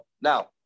Now